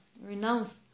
renounce